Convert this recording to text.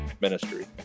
ministry